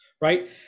Right